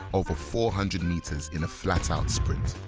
over four hundred metres in a flat-out sprint?